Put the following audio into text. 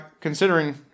considering